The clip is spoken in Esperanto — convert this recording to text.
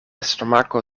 stomako